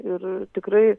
ir tikrai